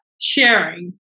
sharing